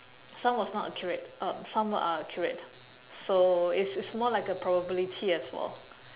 some was not accurate um some are accurate so it's it's more like a probability as well